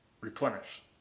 replenish